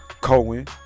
Cohen—